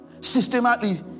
Systematically